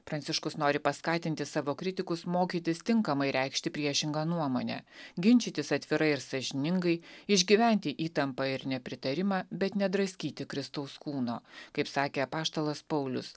pranciškus nori paskatinti savo kritikus mokytis tinkamai reikšti priešingą nuomonę ginčytis atvirai ir sąžiningai išgyventi įtampą ir nepritarimą bet nedraskyti kristaus kūno kaip sakė apaštalas paulius